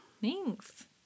thanks